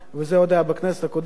וזה עוד היה בכנסת הקודמת,